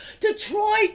Detroit